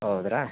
ಹೌದಾ